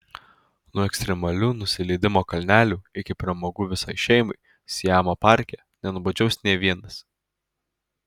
nuo ekstremalių nusileidimo kalnelių iki pramogų visai šeimai siamo parke nenuobodžiaus nė vienas